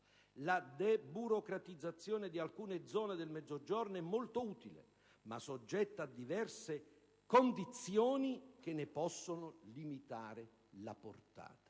La deburocratizzazione di alcune zone del Meridione è molto utile, ma soggetta a diverse condizioni che ne possono limitare la portata.